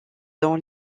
dans